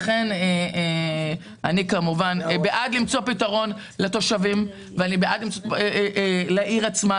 לכן אני כמובן בעד למצוא פתרון לתושבים ולעיר עצמה,